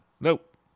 Nope